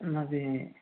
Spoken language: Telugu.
అదీ